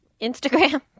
Instagram